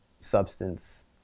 substance